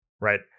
right